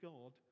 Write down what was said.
God